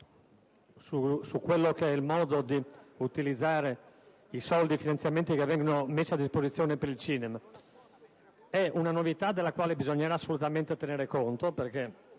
in merito al modo di utilizzare i finanziamenti messi a disposizione per il cinema. È una novità della quale bisognerà assolutamente tenere conto, perché